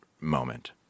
moment